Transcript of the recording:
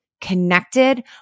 connected